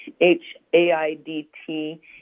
H-A-I-D-T